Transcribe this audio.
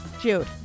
Jude